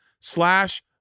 slash